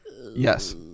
Yes